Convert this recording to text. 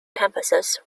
campuses